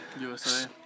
usa